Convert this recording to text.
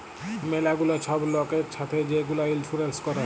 ম্যালা গুলা ছব লয়কের ছাথে যে গুলা ইলসুরেল্স ক্যরে